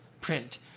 print